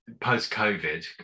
post-covid